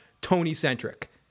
Tony-centric